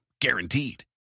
guaranteed